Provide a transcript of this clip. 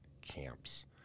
camps